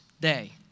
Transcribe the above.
day